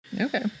Okay